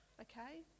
okay